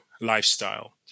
lifestyle